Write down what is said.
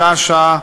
שעה-שעה.